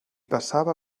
passava